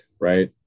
right